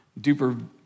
duper